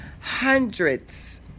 hundreds